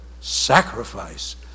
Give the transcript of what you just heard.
sacrifice